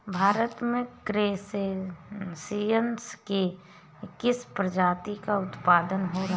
भारत में क्रस्टेशियंस के किस प्रजाति का उत्पादन हो रहा है?